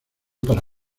para